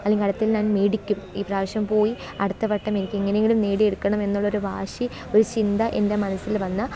അല്ലെങ്കില് അടുത്തത് ഞാന് മേടിക്കും ഇപ്രാവശ്യം പോയി അടുത്ത വട്ടം എനിക്ക് എങ്ങനെയെങ്കിലും നേടിയെടുക്കണം എന്നുള്ളൊരു വാശി ഒരു ചിന്ത എന്റെ മനസ്സില് വന്ന്